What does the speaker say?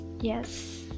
yes